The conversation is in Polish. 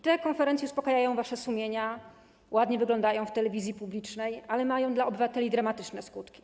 Te konferencje uspokajają wasze sumienia, ładnie wyglądają w telewizji publicznej, ale mają dla obywateli dramatyczne skutki.